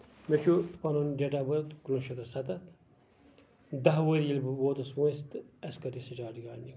مےٚ چھُ پَنُن ڈیٹ آف بٔرتھ کُنوُہ شیٚتھ تہٕ سَتتھ دہ ؤری ییٚلہِ بہٕ ووٚتُس وٲنسہِ تہٕ اَسہِ کٔر یہِ سٔٹاٹ گارڈِنِگ